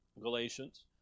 Galatians